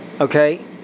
Okay